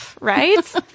Right